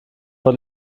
vor